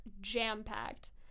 jam-packed